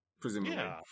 presumably